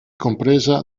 compresa